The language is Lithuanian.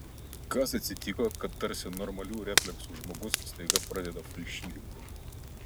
kas atsitiko kad tarsi normalių refleksų žmogus staiga pradeda falšyvinti